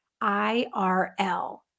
IRL